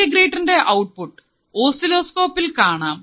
ഇന്റഗ്രേറ്ററിന്റെ output ഓസ്സിലോസ്കോപ്പിൽ കാണാം